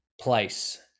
place